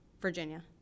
Virginia